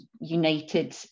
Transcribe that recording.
united